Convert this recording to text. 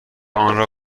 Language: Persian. آنرا